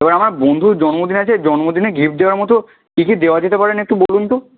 এবার আমার বন্ধুর জন্মদিন আছে জন্মদিনে গিফট দেওয়ার মতো কী কী দেওয়া যেতে পারে একটু বলুন তো